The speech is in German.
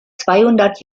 zweihundert